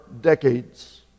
decades